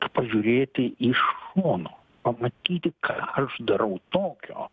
pažiūrėti iš šono pamatyti ką aš darau tokio